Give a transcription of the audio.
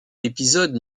épisode